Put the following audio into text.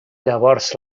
llavors